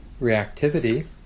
reactivity